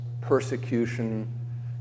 persecution